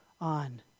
on